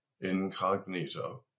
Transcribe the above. Incognito